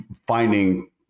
finding